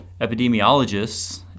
epidemiologists